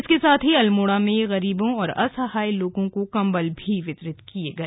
इसके साथ ही अल्मोड़ा में गरीबों और असहाय लोगों को कंबल भी वितरित किये गए